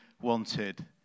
wanted